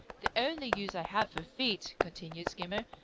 the only use i have for feet, continued skimmer,